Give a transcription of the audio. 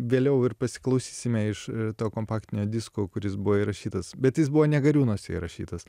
vėliau ir pasiklausysime iš to kompaktinio disko kuris buvo įrašytas bet jis buvo ne gariūnuose įrašytas